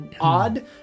odd